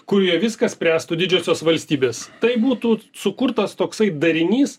kurioje viską spręstų didžiosios valstybės tai būtų sukurtas toksai darinys